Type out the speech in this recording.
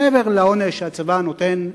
מעבר לעונש שהצבא נותן,